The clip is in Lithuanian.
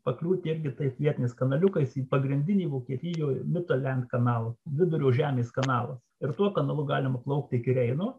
pakliūti irgi taip vietiniais kanaliukais į pagrindinį vokietijoj bitalenk kanalą vidurio žemės kanalas ir tuo kanalu galima plaukti iki reino